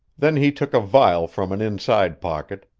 then he took a vial from an inside pocket,